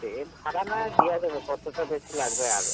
সে ভাড়া না দেয়া যাবে কতোটা বেশি লাগবে আর